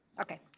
Okay